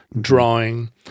drawing